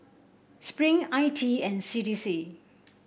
Spring I T E and C D C